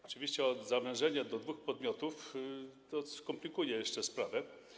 Oczywiście zawężenie do dwóch podmiotów skomplikuje jeszcze sprawę.